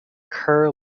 kerr